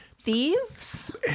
Thieves